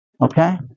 Okay